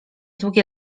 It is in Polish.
długie